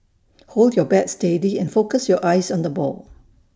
hold your bat steady and focus your eyes on the ball